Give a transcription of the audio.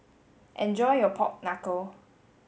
enjoy your pork knuckle